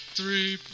three